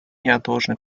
неотложной